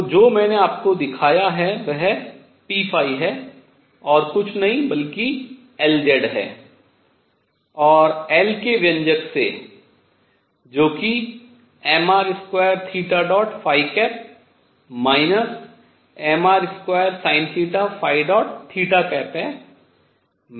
तो जो मैंने आपको दिखाया है वह p है और कुछ नहीं बल्कि Lz है और L के व्यंजक से जो कि mr2 mr2sinθ है